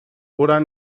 oder